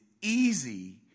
easy